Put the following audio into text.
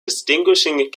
distinguishing